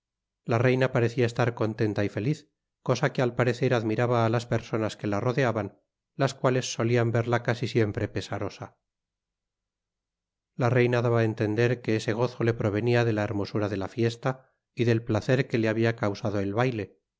la reina parecia estar contenta y feliz cosa que al parecer admiraba á las personas que la rodeaban las cuales solian verla casi siempre pesarosa la reina daba á entender que ese gozo le provenia de la hermosura de la fiesta y det placer que le habia causado el baile